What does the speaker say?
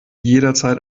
jederzeit